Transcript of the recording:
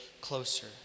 closer